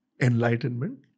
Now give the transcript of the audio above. enlightenment